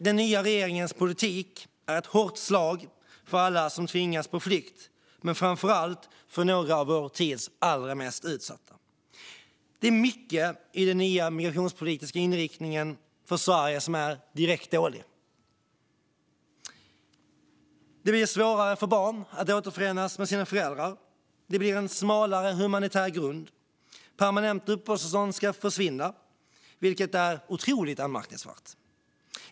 Den nya regeringens politik är ett hårt slag för alla som tvingas på flykt, men framför allt för några av vår tids allra mest utsatta. Det är mycket i den nya migrationspolitiska inriktningen för Sverige som är direkt dåligt. Det blir svårare för barn att återförenas med sina föräldrar. Det blir en smalare humanitär grund. Permanenta uppehållstillstånd ska försvinna, vilket är otroligt anmärkningsvärt.